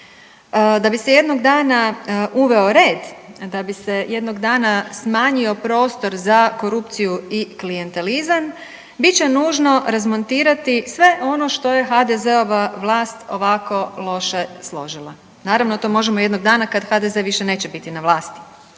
da bi se jednog dana uveo red, da bi se jednog dana smanjio prostor za korupciju i klijentelizam bit će nužno razmontirati sve ono što je HDZ-ova vlast ovako loše složila. Naravno to možemo jednog dana kad HDZ više neće biti na vlasti,